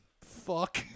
fuck